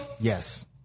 Yes